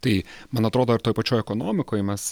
tai man atro ir toj pačioj ekonomikoje mes